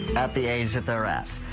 at the age that they are at.